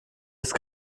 ist